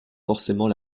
forcément